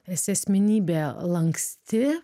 esi asmenybė lanksti